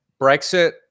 brexit